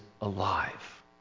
alive